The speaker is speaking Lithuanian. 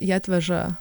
jie atveža